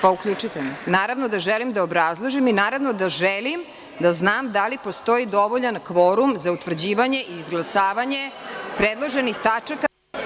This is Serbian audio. Naravno da želim da obrazložim i naravno da želim da znam da li postoji dovoljan kvorum za utvrđivanje i izglasavanje predloženih tačaka.